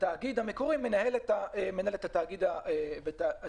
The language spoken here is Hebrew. והתאגיד המקורי מנהל את התאגיד המנוהל.